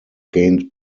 gained